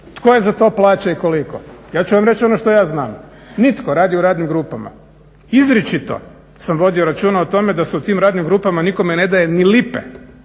Tko je za to plaća i koliko? Ja ću vam reći ono što ja znam. Nitko tko radi u radnim grupama izričito sam vodio računa o tome da se u tim radnim grupama nikome ne daje ni lipe